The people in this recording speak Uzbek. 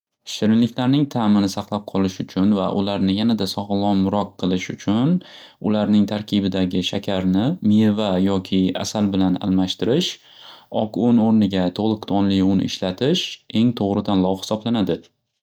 Shirinliklarning ta'mini saqlab qolish uchun va ularni yanada sog'lomroq qilish uchun ularning tarkibidagi shakarni meva yoki asal bilan almashtirish oq un o'rniga to'liq donli un ishlatish eng to'g'ri tanlov xisoblanadi.